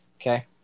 Okay